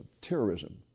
terrorism